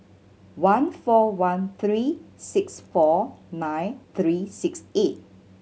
one four one three six four nine three six eight